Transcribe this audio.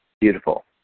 Beautiful